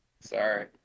Sorry